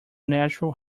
natural